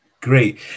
Great